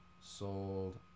sold